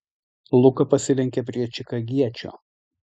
luka pasilenkė prie čikagiečio